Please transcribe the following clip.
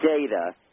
data